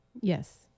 Yes